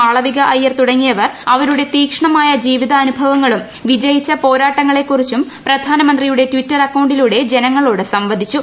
മാളവിക അയ്യർ തുടങ്ങിയവർ അവരുടെ തീക്ഷ്ണമായ ജീവിതാനുഭവങ്ങളും വിജയിച്ച പോരാട്ടങ്ങളെക്കുറിച്ചും പ്രധാനമന്ത്രിയുടെ ട്വിറ്റർ അക്കൌണ്ടിലൂടെ ജനങ്ങളോട് സംവദിച്ചു